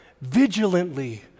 vigilantly